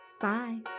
Bye